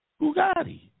Bugatti